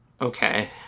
Okay